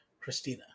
Christina